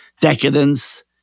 decadence